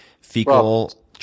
fecal